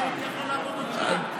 הייתי יכול לעבוד עוד שעה.